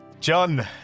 John